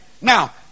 Now